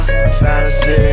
fantasy